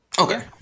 Okay